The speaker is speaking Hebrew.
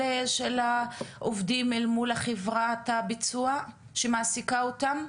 העובדים אל מול חברת הביצוע שמעסיקה אותם?